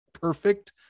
perfect